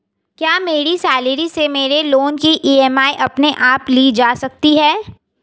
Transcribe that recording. क्या मेरी सैलरी से मेरे लोंन की ई.एम.आई अपने आप ली जा सकती है?